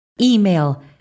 email